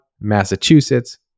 Massachusetts